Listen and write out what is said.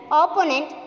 opponent